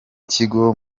kigo